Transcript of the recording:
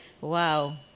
Wow